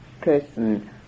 person